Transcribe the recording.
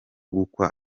gukwa